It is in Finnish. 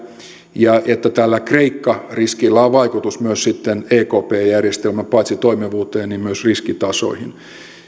ja että tällä kreikka riskillä on vaikutus myös sitten ekp järjestelmän paitsi toimivuuteen myös riskitasoihin